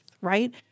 right